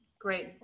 Great